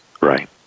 Right